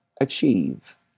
achieve